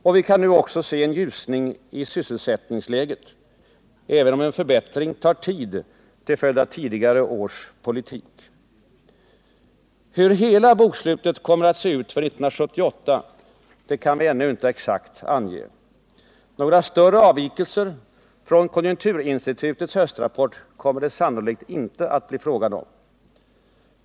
Och vi kan nu också se en ljusning i sysselsättningsläget, även om en förbättring tar tid till följd av tidigare års politik. Hur hela bokslutet för 1978 kommer att se ut kan ännu inte exakt anges. Några större avvikelser från konjunkturinstitutets höstrapport kommer det sannolikt inte att bli fråga om.